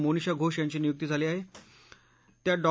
मोनिषा घोष यांची नियुक्ती झाली आहाऱ्या डॉ